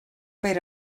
per